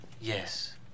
Yes